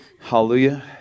Hallelujah